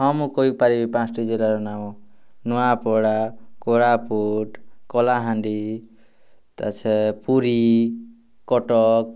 ହଁ ମୁଁ କହିପାରିବି ପାଞ୍ଚଟି ଜିଲ୍ଲାର ନାମ ନୁଆପଡ଼ା କୋରାପୁଟ କଳାହାଣ୍ଡି ତା ସ ପୁରୀ କଟକ